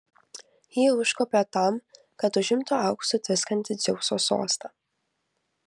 ji užkopė tam kad užimtų auksu tviskantį dzeuso sostą